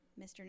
Mr